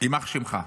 "יימח שמך".